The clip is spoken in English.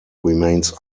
remains